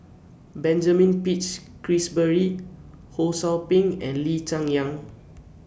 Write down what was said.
Benjamin Peach Keasberry Ho SOU Ping and Lee Cheng Yan